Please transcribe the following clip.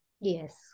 Yes